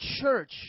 church